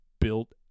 built